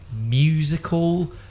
musical